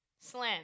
Slam